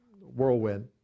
whirlwind